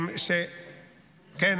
כן,